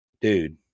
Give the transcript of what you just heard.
dude